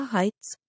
Heights